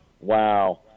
Wow